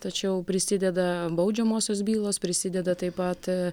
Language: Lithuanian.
tačiau prisideda baudžiamosios bylos prisideda taip pat